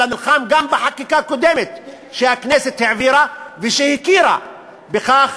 אלא נלחם גם בחקיקה קודמת שהכנסת העבירה ושהכירה בכך